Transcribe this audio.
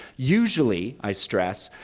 usually i stress,